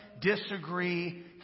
disagree